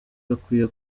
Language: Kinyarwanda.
bakwiye